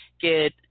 get